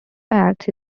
facts